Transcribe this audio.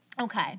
Okay